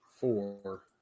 Four